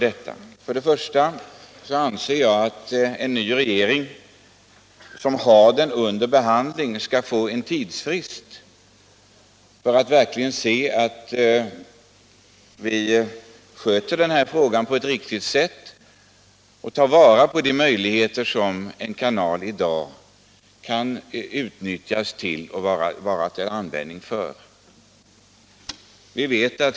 Så t.ex. anser jag att den nya regeringen, som har denna fråga under behandling, skall få den tidsfrist som behövs för att komma fram till ett förslag om hur de möjligheter som en kanal i dag ger på bästa sätt skall kunna tas till vara.